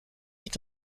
est